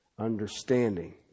understanding